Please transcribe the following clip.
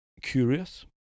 curious